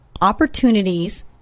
Opportunities